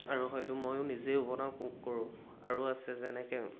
আৰু হয়তো ময়ো নিজেও বনাওঁ কুক কৰোঁ আৰু আছে যেনেকে